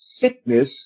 sickness